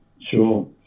Sure